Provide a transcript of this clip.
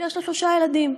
יש לה שלושה ילדים.